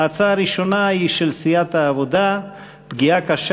ההצעה הראשונה היא של סיעת העבודה: הפגיעה הקשה